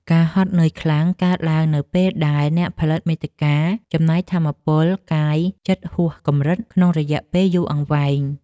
ការហត់នឿយខ្លាំង កើតឡើងនៅពេលដែលអ្នកផលិតមាតិកាចំណាយថាមពលកាយចិត្តហួសកម្រិត ក្នុងរយៈពេលយូរអង្វែង។